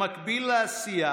במקביל לעשייה,